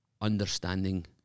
understanding